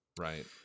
right